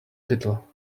little